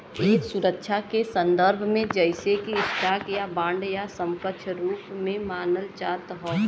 एक सुरक्षा के संदर्भ में जइसे कि स्टॉक या बांड या समकक्ष रूप में मानल जात हौ